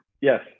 Yes